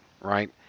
right